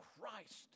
Christ